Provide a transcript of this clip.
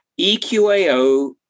EQAO